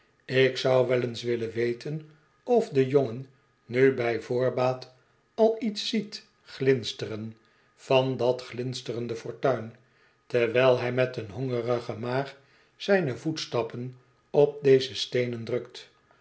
ik zou wel eens willen weten of de jongen nu bij voorbaat al iets ziet glinsteren van dat glinsterende fortuin terwijl hij met een hongerige maag zijne voetstappen op deze steenen drukt